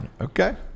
Okay